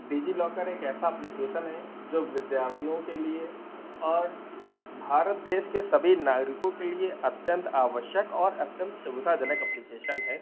DigiLocker एक ऐसा application है जो विद्यार्थियों के लिए और भारत देश के सभी नागरिकों के लिए अत्यन्त आवश्यक और अत्यन्त सुविधाजनक एप्लीकेशन है